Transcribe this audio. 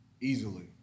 easily